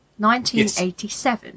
1987